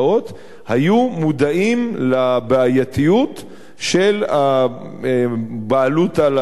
היו מודעים לבעייתיות של הבעלות על הקרקע.